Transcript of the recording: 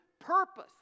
purpose